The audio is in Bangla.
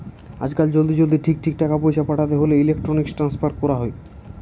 আজকাল জলদি জলদি ঠিক ঠিক টাকা পয়সা পাঠাতে হোলে ইলেক্ট্রনিক ট্রান্সফার কোরা হয়